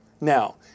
Now